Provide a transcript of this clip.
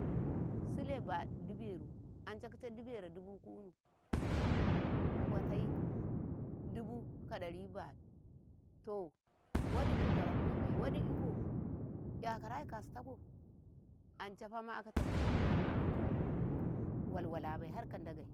﻿Sile baɗu dibero anca kice dibero dubu kunu kwatai dubu ka ɗari baɗu toh waɗi 'yu kwarakuibai waɗi iko 'yakarayi kastako ancafa ma'akata kuttu baya ma akatoh walwabai harka Ndagei.